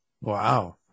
Wow